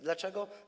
Dlaczego?